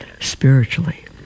spiritually